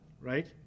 right